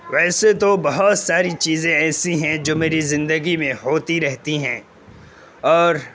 ویسے تو بہت ساری چیزیں ایسی ہیں جو میری زندگی میں ہوتی رہتی ہیں اور